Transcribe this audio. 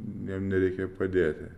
jam nereikia padėti